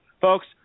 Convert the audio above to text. Folks